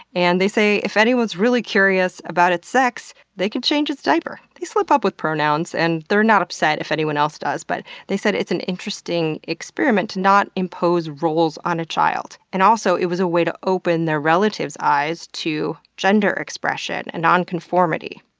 and they say if anyone's really curious about its sex, they can change its diaper. they slip up with pronouns and they're not upset if anyone else does, but they said it's an interesting experiment to not impose roles on a child. and also, it was a way to open their relative's eyes to gender expression and non-conformity.